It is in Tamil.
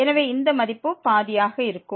எனவே இந்த மதிப்பு பாதியாக இருக்கும்